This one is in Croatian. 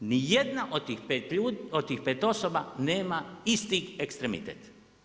Nijedna od tih pet osoba nema isti ekstremitet.